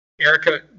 Erica